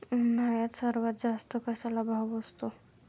उन्हाळ्यात सर्वात जास्त कशाला भाव असतो?